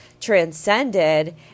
transcended